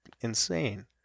insane